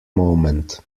moment